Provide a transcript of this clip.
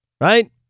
Right